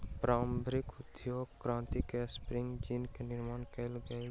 प्रारंभिक औद्योगिक क्रांति में स्पिनिंग जेनी के निर्माण कयल गेल छल